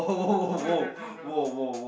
no no no no